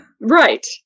Right